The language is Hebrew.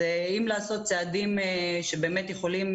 אז אם לעשות צעדים שבאמת יכולים,